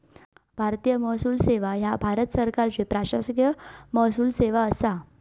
भारतीय महसूल सेवा ह्या भारत सरकारची प्रशासकीय महसूल सेवा असा